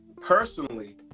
personally